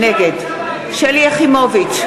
נגד שלי יחימוביץ,